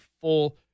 full